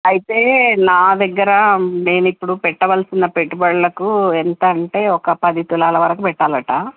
అయితే నా దగ్గర నేను ఇప్పుడు పెట్టవలసిన పెట్టుబడులకు ఎంతంటే ఒక పది తులాల వరకు పెట్టాలట